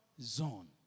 zone